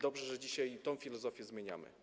Dobrze, że dzisiaj tę filozofię zmieniamy.